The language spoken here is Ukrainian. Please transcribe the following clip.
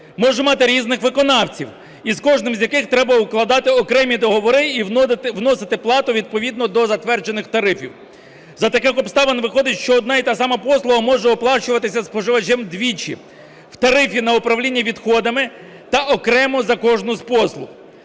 може мати різних виконавців і з кожним з яких треба укладати окремі договори, і вносити плату, відповідно до затверджених тарифів. За таких обставин виходить, що одна і та ж сама послуга може оплачуватися споживачем двічі, в тарифі на управління відходами та окремо за кожну з послуг.